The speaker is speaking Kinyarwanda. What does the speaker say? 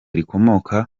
rikomoka